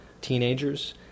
teenagers